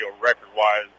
record-wise